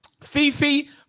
Fifi